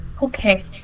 okay